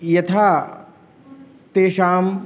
यथा तेषां